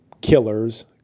killers